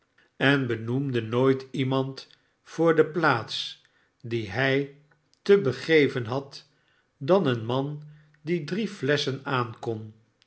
en benoemde nooit iemand voor de plaats die hij te begeven had dan een man die dne nesschen aan